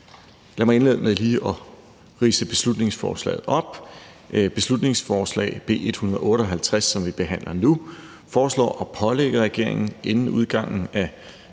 Lad mig indlede med lige at ridse beslutningsforslagets indhold op. Med beslutningsforslag B 158, som vi behandler nu, foreslås det at pålægge regeringen inden udgangen af